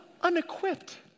unequipped